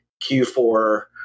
Q4